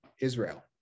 Israel